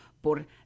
por